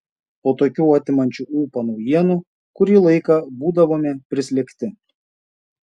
po tokių atimančių ūpą naujienų kurį laiką būdavome prislėgti